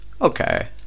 Okay